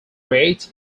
creates